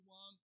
one